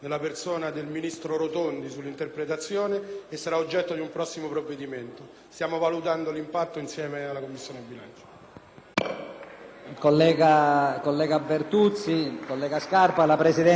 stiamo valutando l'impatto assieme alla Commissione bilancio.